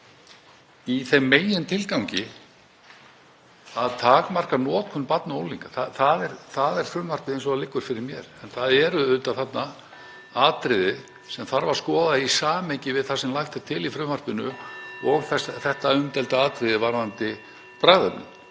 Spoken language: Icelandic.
í þeim megintilgangi að takmarka notkun barna og unglinga. Það er frumvarpið eins og það liggur fyrir mér. En það eru auðvitað þarna atriði sem þarf að skoða í samhengi við það (Forseti hringir.) sem lagt er til í frumvarpinu og þetta umdeilda atriði varðandi bragðefnin.